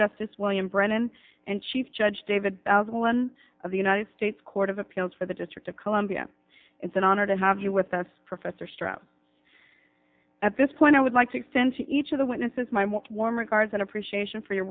justice william brennan and chief judge david as one of the united states court of appeals for the district of columbia it's an honor to have you with us professor strout at this point i would like to extend to each of the witnesses my warm regards and appreciation for your